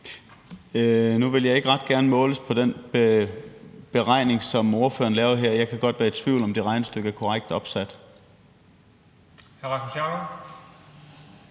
Nu vil jeg ikke ret gerne måles på den beregning, som ordføreren laver her. Jeg kan godt være i tvivl om, om det regnestykket er korrekt